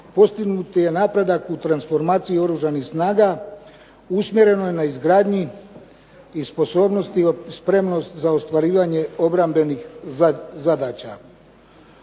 postignut je napredak u transformaciji Oružanih snaga usmjerenoj na izgradnji i sposobnosti i spremnost za ostvarivanje obrambenih zadaća.